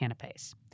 canapes